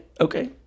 okay